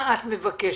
מה את מבקשת?